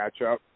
matchup